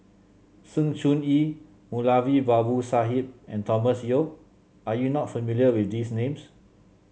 Sng Choon Yee Moulavi Babu Sahib and Thomas Yeo are you not familiar with these names